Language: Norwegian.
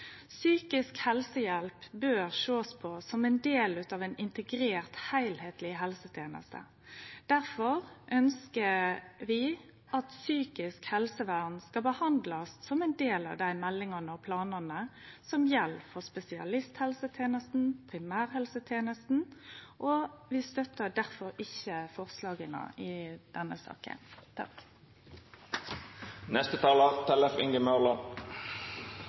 Psykisk helsehjelp bør sjåast som ein del av ei integrert heilskapleg helseteneste. Difor ønskjer vi at psykisk helsevern skal behandlast som ein del av meldingane og planane som gjeld for spesialisthelsetenesta og primærhelsetenesta, og vi støtter difor ikkje forslaga i denne saka.